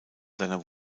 seiner